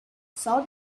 saw